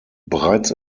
bereits